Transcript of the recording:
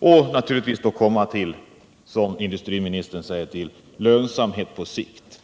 och det skall leda till, såsom industriministern säger, lönsamhet på sikt.